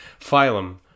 Phylum